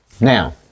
now